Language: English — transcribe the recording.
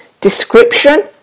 description